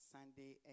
Sunday